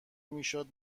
میشد